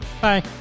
Bye